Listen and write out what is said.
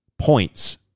points